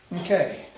Okay